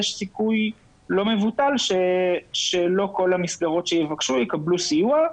יש סיכוי לא מבוטל שלא כל המסגרות שיבקשו יקבלו סיוע,